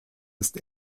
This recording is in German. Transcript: ist